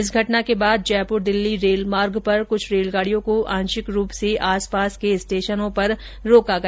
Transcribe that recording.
इस घटना के बाद जयपुर दिल्ली रेल मार्ग पर कुछ रेलगाड़ियों को आंशिक रूप से आसपास के स्टेशनों पर रोका गया